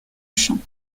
champs